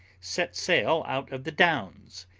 set sail out of the downs,